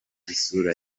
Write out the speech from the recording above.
isura